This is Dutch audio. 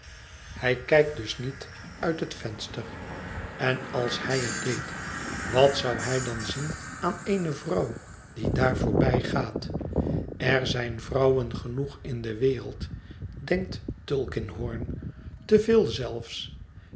hij kijkt dus niet uit het venster en als hij het deed wat zou hij dan zien aan eene vrouw die daar voorbijgaat er zijn vrouwen genoeg in de wereld denkt tulkinghorn te veel zelfs